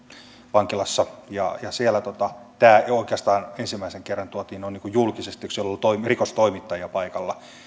vankilassa ja siellä tämä oikeastaan ensimmäisen kerran tuotiin julkiseksi kun siellä oli rikostoimittajia paikalla